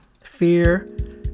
Fear